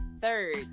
third